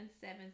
seven